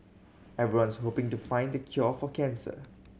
everyone's hoping to find the cure for cancer